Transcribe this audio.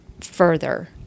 further